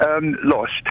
lost